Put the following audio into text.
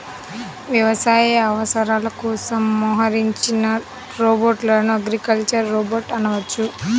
వ్యవసాయ అవసరాల కోసం మోహరించిన రోబోట్లను అగ్రికల్చరల్ రోబోట్ అనవచ్చు